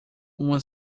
uma